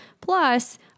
plus